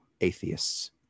atheists